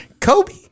Kobe